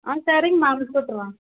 ஆ சரிங்கம்மா அனுப்பிச்சு விட்டுர்றேன்